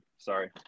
Sorry